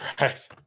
right